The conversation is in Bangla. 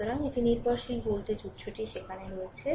সুতরাং একটি নির্ভরশীল ভোল্টেজ উত্সটি সেখানে রয়েছে